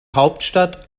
hauptstadt